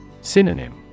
Synonym